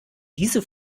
diese